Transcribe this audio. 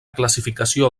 classificació